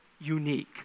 unique